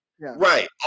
Right